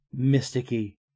mysticky